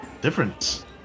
difference